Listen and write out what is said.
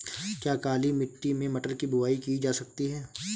क्या काली मिट्टी में मटर की बुआई की जा सकती है?